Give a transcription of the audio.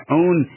own